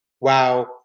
wow